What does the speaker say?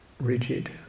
rigid